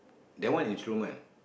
that one instrument